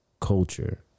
culture